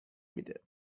میده